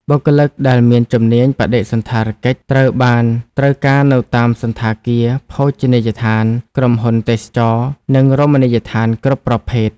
បុគ្គលិកដែលមានជំនាញបដិសណ្ឋារកិច្ចត្រូវបានត្រូវការនៅតាមសណ្ឋាគារ ភោជនីយដ្ឋាន ក្រុមហ៊ុនទេសចរណ៍ និងរមណីយដ្ឋានគ្រប់ប្រភេទ។